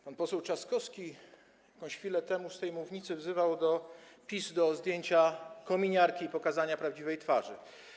Pan poseł Trzaskowski jakąś chwilę temu z tej mównicy wzywał PiS do zdjęcia kominiarki i pokazania prawdziwej twarzy.